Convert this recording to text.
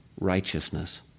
righteousness